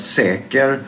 säker